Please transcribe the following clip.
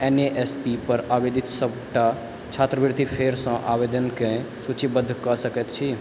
एनएएसपीपर आवेदित सबटा छात्रवृत्ति फेरसँ आवेदनके सूचीबद्ध कऽ सकै छी